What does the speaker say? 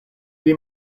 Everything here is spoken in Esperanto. pli